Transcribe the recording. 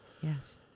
Yes